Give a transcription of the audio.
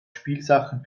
spielsachen